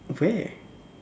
where